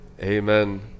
Amen